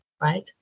right